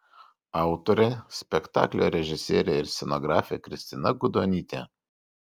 autorė spektaklio režisierė ir scenografė kristina gudonytė